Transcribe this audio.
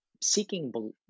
seeking